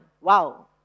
Wow